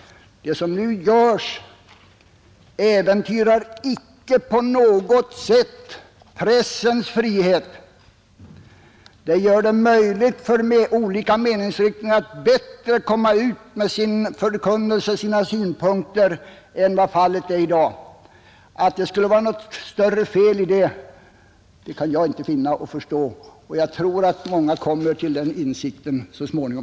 Det förslag som nu genomförs äventyrar icke på något sätt pressens frihet; det gör det i stället möjligt för olika meningsriktningar att bättre nå ut med förkunnelsen om sina synpunkter än vad fallet är i dag. Att det skulle vara större fel i det, kan jag inte förstå, och jag tror att många kommer till den insikten så småningom.